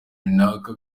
runaka